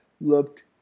looked